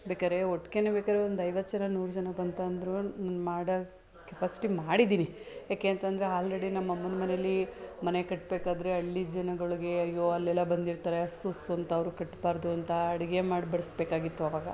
ಬೇಕಾದ್ರೆ ಒಟ್ಟಿಗೇನೆ ಬೇಕಾದ್ರೆ ಒಂದು ಐವತ್ತು ಜನ ನೂರು ಜನ ಬಂತಂದರೂ ನಾನು ಮಾಡೋ ಕೆಪಾಸಿಟಿ ಮಾಡಿದ್ದೀನಿ ಏಕೆಂತ ಅಂದ್ರೆ ಆಲ್ರೆಡಿ ನಮ್ಮಮ್ಮನ ಮನೇಲಿ ಮನೆ ಕಟ್ಟಬೇಕಾದ್ರೆ ಹಳ್ಳಿ ಜನಗೊಳಗೆ ಅಯ್ಯೋ ಅಲ್ಲೆಲ್ಲ ಬಂದಿರ್ತಾರೆ ಅಸ್ಸುಸ್ಸು ಅಂತ ಅವರು ಕಟ್ಟಬಾರ್ದು ಅಂತ ಅಡುಗೆ ಮಾಡಿ ಬಡಿಸ್ಬೇಕಾಗಿತ್ತು ಅವಾಗ